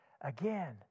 again